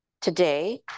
today